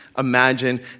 Imagine